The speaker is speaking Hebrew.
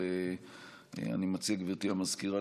גבירתי המזכירה,